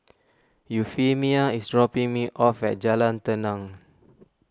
Euphemia is dropping me off at Jalan Tenang